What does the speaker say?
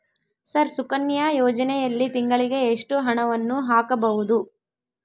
Sir Sukanya ಯೋಜನೆಯಲ್ಲಿ ತಿಂಗಳಿಗೆ ಎಷ್ಟು ಹಣವನ್ನು ಹಾಕಬಹುದು?